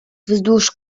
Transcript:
wzdłuż